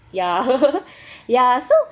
ya ya so